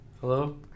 Hello